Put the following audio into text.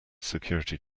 security